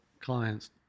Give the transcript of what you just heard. clients